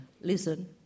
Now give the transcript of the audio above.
listen